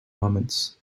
moments